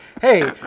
hey